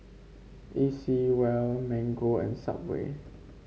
A C Well Mango and Subway